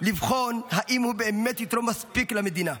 לבחון האם הוא באמת יתרום מספיק למדינה,